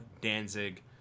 danzig